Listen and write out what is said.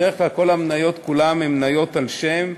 בדרך כלל כל המניות כולן הן מניות על שם,